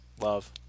Love